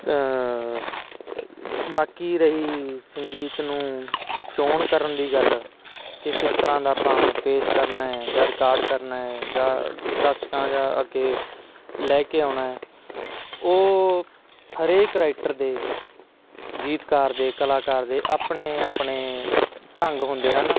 ਬਾਕੀ ਰਹੀ ਸੰਗੀਤ ਨੂੰ ਚੋਣ ਕਰਨ ਦੀ ਗੱਲ ਕਿ ਕਿਸ ਤਰ੍ਹਾਂ ਦਾ ਆਪਾਂ ਪੇਸ਼ ਕਰਨਾ ਹੈ ਜਾਂ ਰਿਕਾਰਡ ਕਰਨਾ ਹੈ ਜਾਂ ਦਰਸ਼ਕਾਂ ਜਾਂ ਅੱਗੇ ਲੈ ਕੇ ਆਉਣਾ ਉਹ ਹਰੇਕ ਰਾਈਟਰ ਦੇ ਗੀਤਕਾਰ ਦੇ ਕਲਾਕਾਰ ਦੇ ਆਪਣੇ ਆਪਣੇ ਢੰਗ ਹੁੰਦੇ ਹਨ